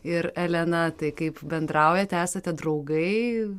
ir elena tai kaip bendraujate esate draugai